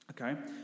Okay